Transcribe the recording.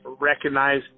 recognize